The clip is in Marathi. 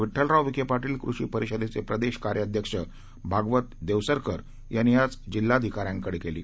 विड्ठलराव विखे पाटील कृषी परिषदेचे प्रदेश कार्याध्यक्ष भागवत देवसरकर यांनी आज जिल्हाधिकाऱ्यानंकडे केली